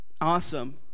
awesome